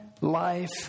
life